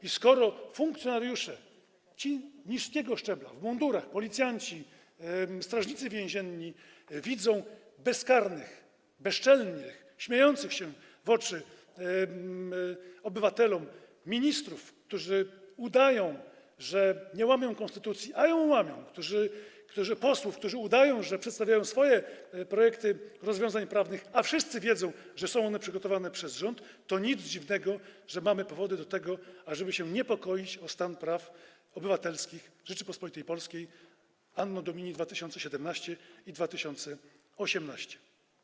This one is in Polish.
I skoro funkcjonariusze, ci niskiego szczebla, w mundurach, policjanci, strażnicy więzienni widzą bezkarnych, bezczelnych, śmiejących się w oczy obywatelom ministrów, którzy udają, że nie łamią konstytucji, a ją łamią, posłów, którzy udają, że przedstawiają swoje projekty rozwiązań prawnych, a wszyscy wiedzą, że są one przygotowane przez rząd, to nic dziwnego, że mamy powody, ażeby się niepokoić o stan praw obywatelskich w Rzeczypospolitej Polskiej Anno Domini 2017 i 2018.